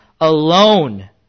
alone